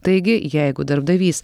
taigi jeigu darbdavys